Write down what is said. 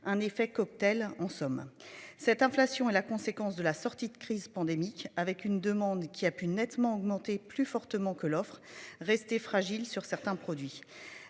Un effet cocktail en somme. Cette inflation est la conséquence de la sortie de crise pandémique, avec une demande qui a pu nettement augmenté plus fortement que l'offre restait fragile sur certains produits.